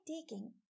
taking